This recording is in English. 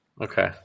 Okay